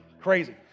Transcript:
Crazy